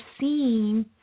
seeing